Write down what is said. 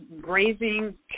grazing